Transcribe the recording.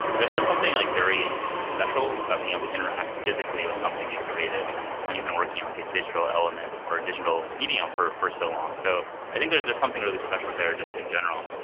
there's just something like very special about being able to interact physically with something you've created when you've been working on like a digital element or adigital medium for for so long. so, i think there's there's something really special there just in general.